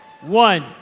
One